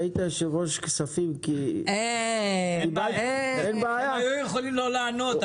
כשהיית יושב ראש כספים --- הם יכולים לא לענות,